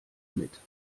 mit